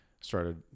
started